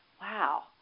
wow